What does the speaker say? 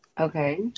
Okay